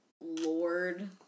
Lord